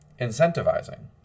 incentivizing